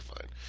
fine